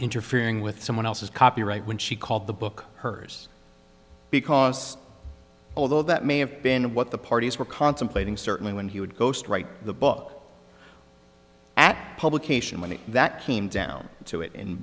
interfering with someone else's copyright when she called the book hers because although that may have been what the parties were contemplating certainly when he would ghost write the book at publication when that came down to it in